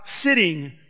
sitting